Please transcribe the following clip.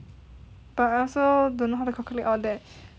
but I also don't know how to calculate all that